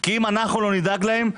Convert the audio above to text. כי אם אנו לא נדאג להם,